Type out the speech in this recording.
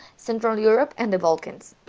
central europe and the balkans.